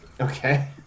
Okay